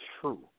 true